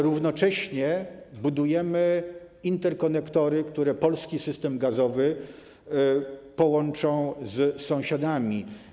Równocześnie budujemy interkonektory, które polski system gazowy połączą z sąsiadami.